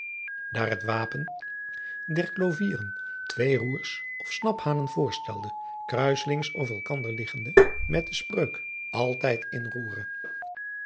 daar het apen der lovenieren twee oers of naphanen voorstelde kruiselings over elkander liggende met de spreuk ltijd in